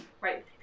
right